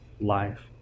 life